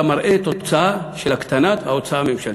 אתה מראה תוצאה של הקטנת ההוצאה הממשלתית.